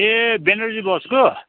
ए बेनर्जी बसको